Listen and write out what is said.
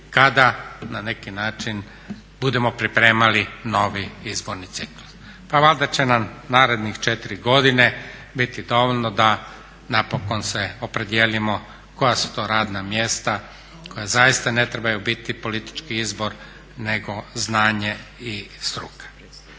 kada na neki način budemo pripremali novi izborni ciklus. Pa valjda će nam narednih četiri godine biti dovoljno da napokon se opredijelimo koja su to radna mjesta koja zaista ne trebaju biti politički izbor nego znanje i struka.